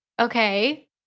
Okay